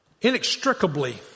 Inextricably